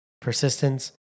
persistence